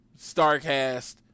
StarCast